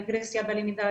רגרסיה בלמידה,